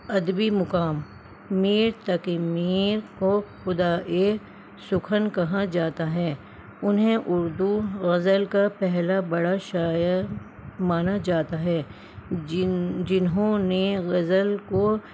ادبی مقام میر تقی میر کو خدائے سخن کہا جاتا ہے انہیں اردو غزل کا پہلا بڑا شاعر مانا جاتا ہے جن جنہوں نے غزل کو